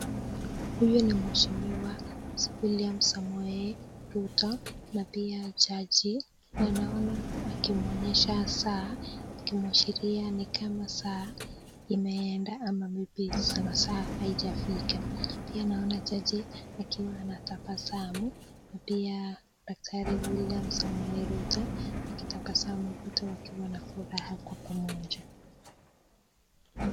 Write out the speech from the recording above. Huyu ni mheshimiwa William Samoei Rutto na pia jaji na naona akimwoshesha saa akimuashiria nikama saa imeenda ama labda saa haijafika , naona jaji akiwa anatabasamu pia daktari William Samoei Rutto akitabasamu, wakiwa na furaha kwa pamoja.